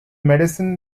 medicine